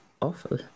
awful